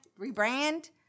rebrand